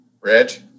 Rich